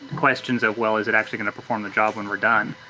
questions of, well, is it actually going to perform the job when we're done?